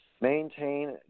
maintain